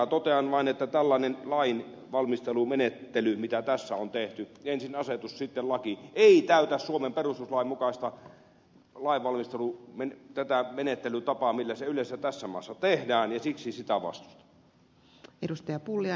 totean vain että tällainen lainvalmistelumenettely mitä tässä on tehty ensin asetus sitten laki ei täytä suomen perustuslain mukaista lainvalmistelumenettelytapaa millä se yleensä tässä maassa tehdään ja siksi sitä vastustan